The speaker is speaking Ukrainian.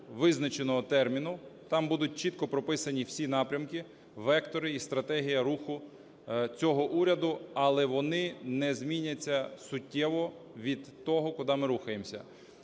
визначеного терміну. Там будуть чітко прописані всі напрямки, вектори і стратегія руху цього уряду, але вони не зміняться суттєво від того, куди ми рухаємося.